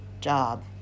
job